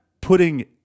putting